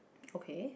okay